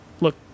look